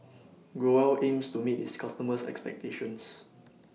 Growell aims to meet its customers' expectations